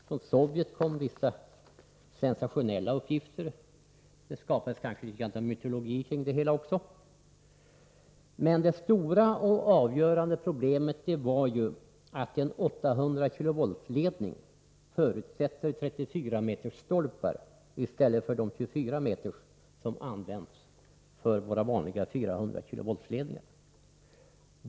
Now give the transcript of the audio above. Från Sovjet kom vissa sensationella uppgifter — det skapades kanske litet grand av mytologi kring det hela, men det stora och avgörande problemet var ju att en 800 kV-ledning förutsatte 34-meters stolpar i stället för 24-meters som används för våra vanliga 400 kV-ledningar.